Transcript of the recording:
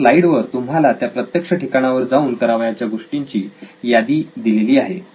या स्लाइड वर तुम्हाला त्या प्रत्यक्ष ठिकाणावर जाऊन करावयाच्या गोष्टींची यादी दिलेली आहे